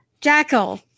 Jackal